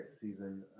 season